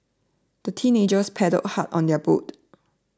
the teenagers paddled hard on their boat